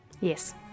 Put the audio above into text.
Yes